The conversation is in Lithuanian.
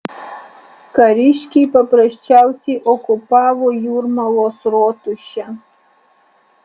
kariškiai paprasčiausiai okupavo jūrmalos rotušę